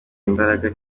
imbaraga